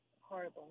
Horrible